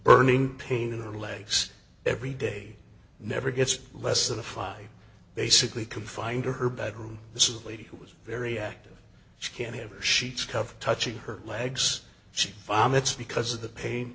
burning pain in her legs every day never gets less than a five basically confined to her bedroom this is a lady who was very active she can't ever sheets cover touching her legs she vomits because of the pain